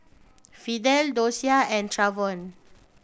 Fidel Dosia and Travon